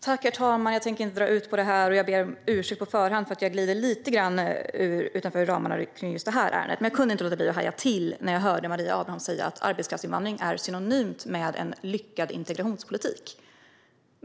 Herr talman! Jag tänker inte dra ut på debatten. Jag ber på förhand om ursäkt för att jag glider lite grann utanför ramarna i just detta ärende. Men jag kunde inte låta bli att haja till när jag hörde Maria Abrahamsson säga att arbetskraftsinvandring är synonymt med en lyckad integrationspolitik.